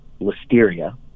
listeria